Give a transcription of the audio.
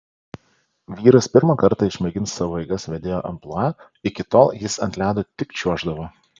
vyras pirmą kartą išmėgins savo jėgas vedėjo amplua iki tol jis ant ledo tik čiuoždavo